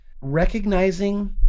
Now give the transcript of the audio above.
Recognizing